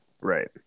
Right